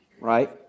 Right